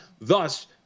Thus